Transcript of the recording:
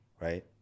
right